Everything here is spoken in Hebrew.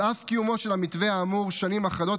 על אף קיומו של המתווה האמור שנים אחדות,